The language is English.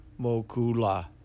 Mokula